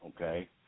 okay